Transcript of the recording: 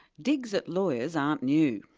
digs at lawyers aren't new,